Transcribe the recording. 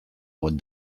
what